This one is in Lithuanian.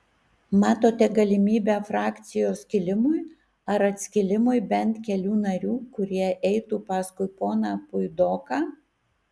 matote galimybę frakcijos skilimui ar atskilimui bent kelių narių kurie eitų paskui poną puidoką